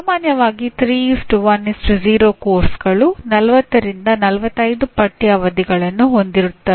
ಸಾಮಾನ್ಯವಾಗಿ 3 1 0 ಪಠ್ಯಕ್ರಮಗಳು 40 ರಿಂದ 45 ಪಠ್ಯ ಅವಧಿಗಳನ್ನು ಹೊಂದಿರುತ್ತವೆ